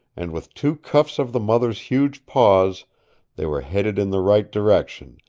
and with two cuffs of the mother's huge paws they were headed in the right direction,